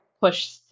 push